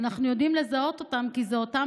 אנחנו יודעים לזהות אותם כי זה אותם